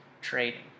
trading